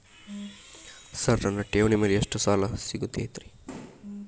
Sir ನನ್ನ ಠೇವಣಿ ಮೇಲೆ ಎಷ್ಟು ಸಾಲ ಸಿಗುತ್ತೆ ರೇ?